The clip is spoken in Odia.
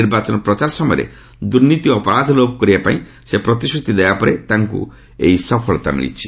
ନିର୍ବାଚନ ପ୍ରଚାର ସମୟରେ ଦୁର୍ନୀତି ଓ ଅପରାଧ ଲୋପ କରିବାପାଇଁ ସେ ପ୍ରତିଶ୍ରତି ଦେବା ପରେ ତାଙ୍କୁ ଏହି ସଫଳତା ମିଳିଛି